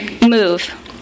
Move